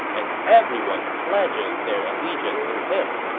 and everyone pledges their allegiance to him.